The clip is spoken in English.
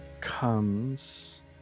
comes